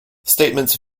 statements